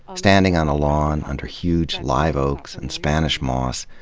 standing on a lawn under huge live oaks and spanish moss,